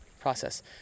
process